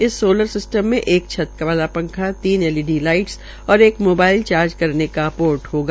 इस solar system मे एक छत वाल पंखा तीन एलईडी लाईटस और एक मोबाइल चार्ज करने का पोर्ट होगा